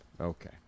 Okay